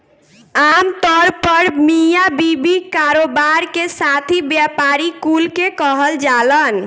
आमतौर पर मिया बीवी, कारोबार के साथी, व्यापारी कुल के कहल जालन